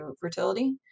fertility